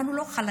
אנחנו לא חלשים.